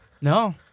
No